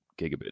gigabit